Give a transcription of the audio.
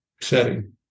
setting